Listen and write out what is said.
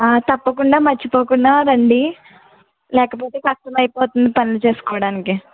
తప్పకుండ మర్చిపోకుండా రండీ లేకపోతే కష్టమైపోతుంది పనులు చేసుకోవడానికి